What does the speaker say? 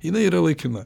jinai yra laikina